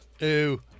Ew